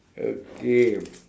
okay